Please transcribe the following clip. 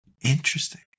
interesting